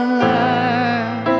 learn